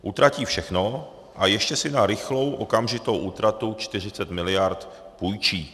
Utratí všechno a ještě si na rychlou okamžitou útratu 40 mld. půjčí.